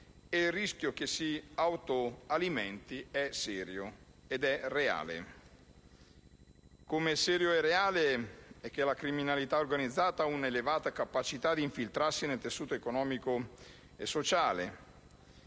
il rischio che si autoalimenti è serio e reale, come serio e reale è il fatto che la criminalità organizzata ha un'elevata capacità di infiltrarsi nel tessuto economico e sociale: